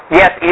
yes